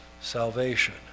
salvation